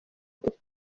dufite